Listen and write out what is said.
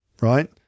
right